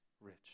rich